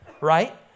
right